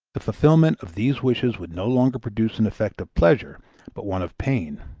the fulfillment of these wishes would no longer produce an affect of pleasure but one of pain